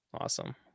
Awesome